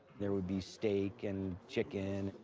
there would be steak and chicken.